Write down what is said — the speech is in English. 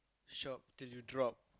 shop till you drop